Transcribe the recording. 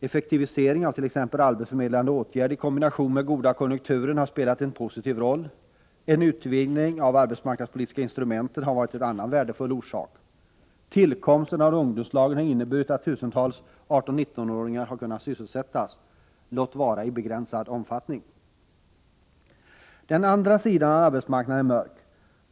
Effektivisering av t.ex. arbetsförmedlande åtgärder i kombination med den goda konjunkturen har spelat en positiv roll. En utvidgning av de arbetsmarknadspolitiska instrumenten har varit en annan värdefull orsak. Tillkomsten av ungdomslagen har inneburit att tusentals 18-19-åringar har kunnat sysselsättas, låt vara i begränsad om fattning. Den andra sidan av arbetsmarknaden är mörk.